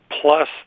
plus